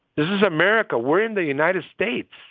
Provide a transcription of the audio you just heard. this is america. we're in the united states.